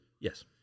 Yes